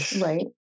right